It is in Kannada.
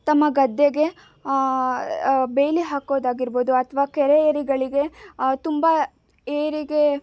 ತಮ್ಮ ಗದ್ದೆಗೆ ಬೇಲಿ ಹಾಕೋದಾಗಿರ್ಬೋದು ಅಥವಾ ಕೆರೆ ಏರಿಗಳಿಗೆ ತುಂಬ ಏರಿಗೆ